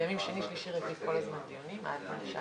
ביקשתי, גברתי, ממך קודם את